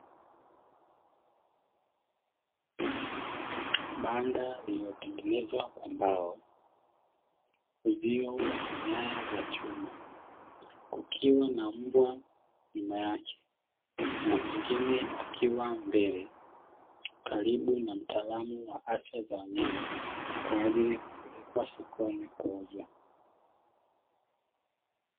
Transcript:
Banda liliotengenezwa kwa mbao. Uzio wa nyaya za chuma kukiwa na mbwa nyuma yake na mwingine akiwa mbele. Karibu na mtaalamu wa afya za wanyama, kwa ajili ya kupelekwa sokoni kuuzwa.